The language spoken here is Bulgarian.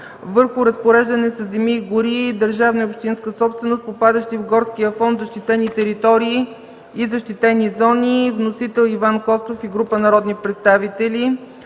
върху разпореждането със земи и гори – държавна и общинска собственост, попадащи в горския фонд, защитени територии и защитени зони. Вносител е Иван Костов и група народни представители.